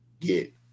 get